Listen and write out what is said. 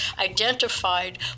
identified